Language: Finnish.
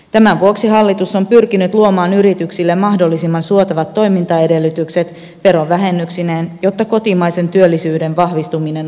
tämän vuoksi hallitus on pyrkinyt luomaan yrityksille mahdollisimman suotavat toimintaedellytykset verovähennyksineen jotta kotimaisen työllisyyden vahvistuminen olisi mahdollista